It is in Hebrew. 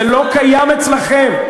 זה לא קיים אצלכם.